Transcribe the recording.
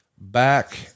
back